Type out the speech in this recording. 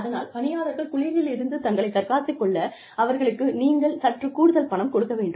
அதனால் பணியாளர்கள் குளிரிலிருந்து தங்களை தற்காத்துக் கொள்ள அவர்களுக்கு நீங்கள் சற்று கூடுதல் பணம் கொடுக்க வேண்டும்